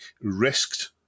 risked